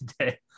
today